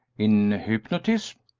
in hypnotism?